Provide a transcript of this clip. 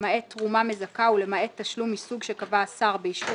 למעט תרומה מזכה ולמעט תשלום מסוג שקבע השר באישור